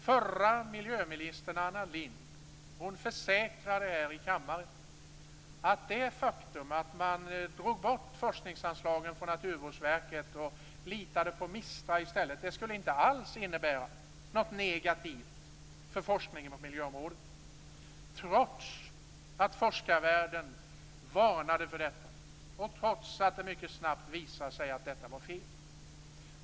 Förra miljöministern, Anna Lindh, försäkrade i denna kammare att det faktum att man drog bort forskningsanslagen för Naturvårdsverket och i stället litade på MISTRA inte alls skulle innebära någonting negativt för forskningen på miljöområdet; detta trots att forskarvärlden varnade och trots att det mycket snabbt visade sig att det var fel.